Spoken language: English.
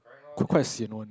quite sian one